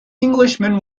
englishman